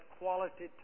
quality